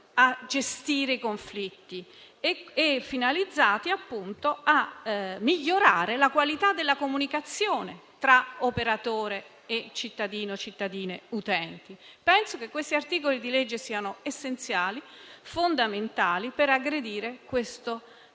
a gestire i conflitti, migliorando la qualità della comunicazione tra operatore e cittadini e cittadine utenti. Penso che questi articoli di legge siano essenziali e fondamentali per aggredire questo importante